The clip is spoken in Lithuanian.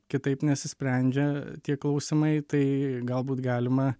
kitaip nesisprendžia tie klausimai tai galbūt galima